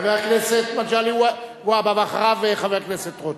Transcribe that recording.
חבר הכנסת מגלי והבה, ואחריו, חבר הכנסת רותם.